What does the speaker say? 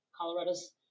Colorado's